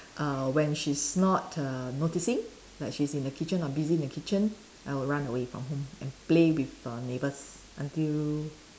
uh when she's not err noticing like she's in the kitchen or busy in the kitchen I will run away from home and play with our neighbours until